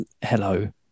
Hello